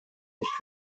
nicht